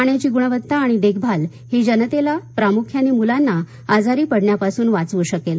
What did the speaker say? पाण्याची गुणवत्ता आणि देखभाल ही जनतेला प्रामुख्याने मुलांना आजारी पडण्यापासून वाचवू शकेल